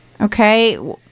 Okay